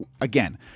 again